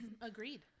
Agreed